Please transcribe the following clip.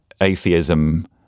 atheism